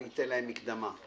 ייתן להם מקדמה.